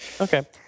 Okay